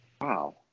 Wow